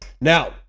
Now